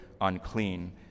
unclean